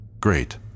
Great